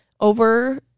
over